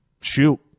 shoot